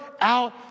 out